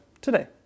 today